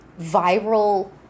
viral